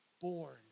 born